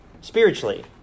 spiritually